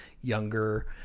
younger